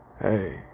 hey